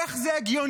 איך זה הגיוני?